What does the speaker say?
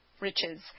riches